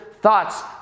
thoughts